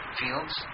fields